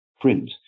print